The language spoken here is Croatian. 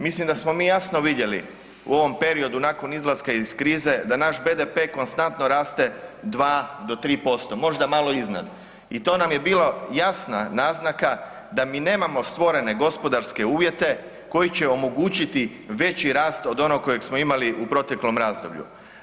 Mislim da smo mi jasno vidjeli u ovom periodu nakon izlaska iz krize da naš BDP konstantno raste 2 do 3%, možda malo iznad i to nam je bila jasna naznaka da mi nemamo stvorene gospodarske uvjete koji će omogućiti veći rast od onog kojeg smo imali u proteklom razdoblju.